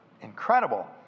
incredible